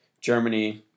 Germany